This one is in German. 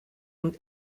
und